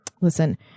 Listen